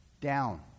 Down